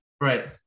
Right